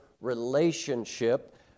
relationship